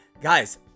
Guys